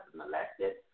molested